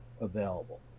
available